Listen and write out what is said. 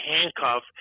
handcuff